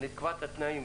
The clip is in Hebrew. נקבע את התנאים.